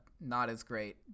not-as-great